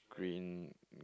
green